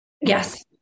Yes